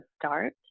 start